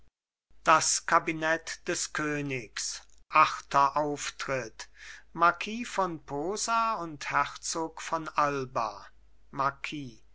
das kabinett des königs achter auftritt marquis von posa und herzog von alba